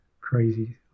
crazy